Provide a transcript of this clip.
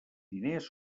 diners